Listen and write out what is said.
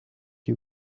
you